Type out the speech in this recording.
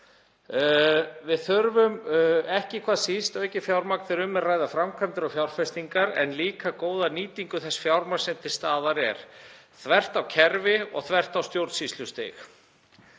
Við þurfum ekki síst aukið fjármagn þegar um er að ræða framkvæmdir og fjárfestingar en líka góða nýtingu þess fjármagns sem til staðar er, þvert á kerfi og þvert á stjórnsýslustig.